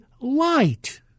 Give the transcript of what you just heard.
light